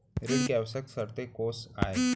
ऋण के आवश्यक शर्तें कोस आय?